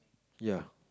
ya